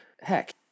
Heck